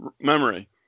memory